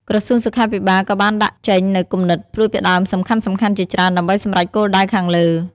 ក្រសួងសុខាភិបាលក៏បានដាក់ចេញនូវគំនិតផ្តួចផ្តើមសំខាន់ៗជាច្រើនដើម្បីសម្រេចគោលដៅខាងលើ។